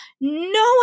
no